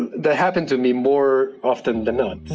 and that happened to me more often than not